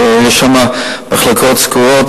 שיש שם מחלקות סגורות,